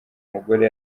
mugore